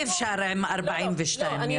אי אפשר עם 42 ימינה ושמאלה.